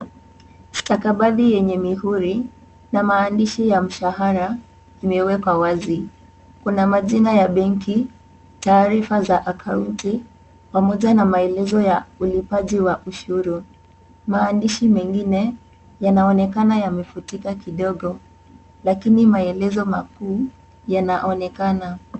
Stakabadhi yenye mihuri na maandishi ya mshahara imewekwa wazi, kuna majina ya benki taarifa za akaunti pamoja na maelezo ya ulipaji wa ushuru maandishi mengine yanaonekana yamefutika kidogo lakini maelezo makuu yanaonekana .